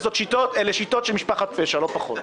אלה שיטות של משפחת פשע, לא פחות.